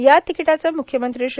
या तिकीटाचं मुख्यमंत्री श्री